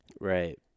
Right